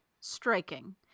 striking